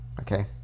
okay